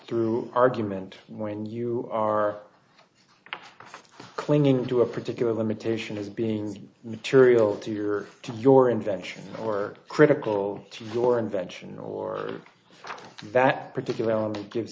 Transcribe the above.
through argument when you are clinging to a particular limitation is being material to your to your invention or critical to your invention or that particular element gives